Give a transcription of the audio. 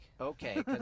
Okay